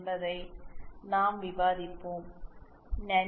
மறுபுறம் இயக்க அதிர்வெண்ணில் இசட்எஸ் பிளஸ் இசட் அல்லது இசட்அவுட் மற்றும் இசட்இன்